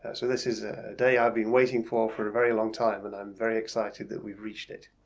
ah so this is a day i've been waiting for for a very long time and i'm very excited that we've reached it.